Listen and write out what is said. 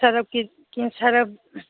ꯁꯔꯞꯀꯤ ꯁꯔꯞ